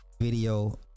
video